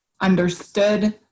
understood